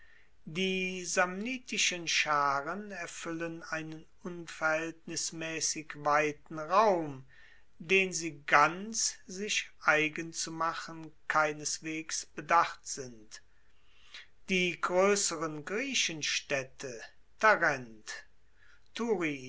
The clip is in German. die samnitischen scharen erfuellen einen unverhaeltnismaessig weiten raum den sie ganz sich eigen zu machen keineswegs bedacht sind die groesseren griechenstaedte